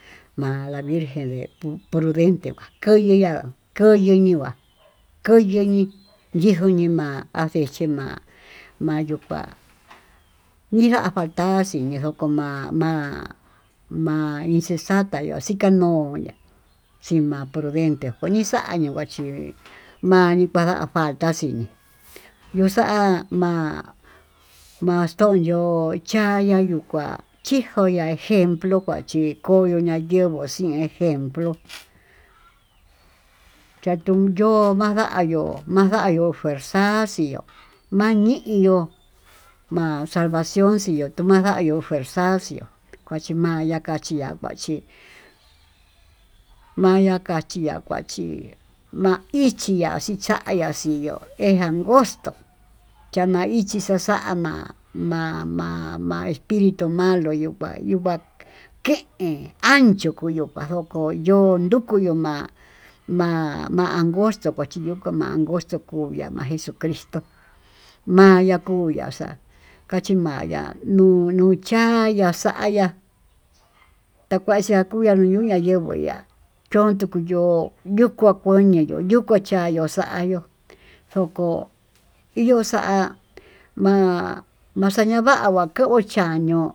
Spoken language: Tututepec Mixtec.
Ma'a la virgen de prudenté kuá kayeá kayeniguá kayañí ninjó ni ma'á, techí ma'a mayuu ka'á niya'á fata'a nikonoxi ma'a ma'a ma'a inxexata ma'a xikano'í china'a prudeté konixaño huachí mañii kuanda faltá xhiñii, yo'ó xa'á ma'á maxtonyó cha'aya nuu kuá chixoña ejempló kuá chi koyo'o nayenguó nguaxi ejemplo chatunyo'ó mandayo'ó, naya yuu fuerza xi'ó mani'iyo ma'a salvación xi'ó tundavayu fuerza xi'ó kuachimaya kaxiá kuachí, mayá kuachía kachí ma'a ichpiya xichaya xii yó en angostó, chana iñii xaxaná ma-ma-espiritu malo yungua ke'en anchó cuyó kuayo'ó konyó kuyuyu ma'á ma'a ma'a angostó kuachiyó kuu ma'a angosto kuya'a ma'a jesucristó mayá kuyá xa'á, kachí mayá lu luchá yaxayá takuachí kuyá nunuyá, yenguó ya'á yontuku yo'ó yuu kuá kuá ñayó yu'u kuá chañu xayuu, koko ihó xa'a ma'a maxayanguava yuu chanió.